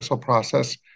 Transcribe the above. process